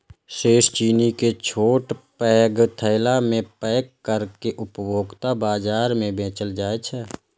शेष चीनी कें छोट पैघ थैला मे पैक कैर के उपभोक्ता बाजार मे बेचल जाइ छै